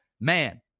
man